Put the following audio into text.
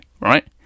right